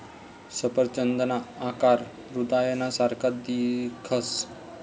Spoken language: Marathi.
सफरचंदना आकार हृदयना सारखा दिखस